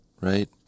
right